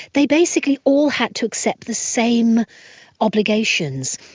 they basically all had to accept the same obligations.